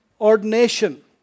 ordination